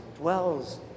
dwells